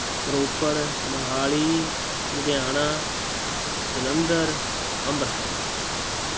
Ropar Mohali Ludhiana Jalandhar Amritsar